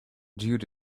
dude